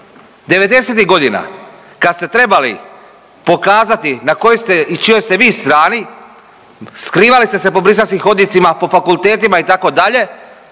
godina kad ste trebali pokazati na kojoj ste i čijoj ste vi strani skrivali ste se po briselskim hodnicima, po fakultetima itd., ovdje